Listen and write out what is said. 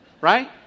Right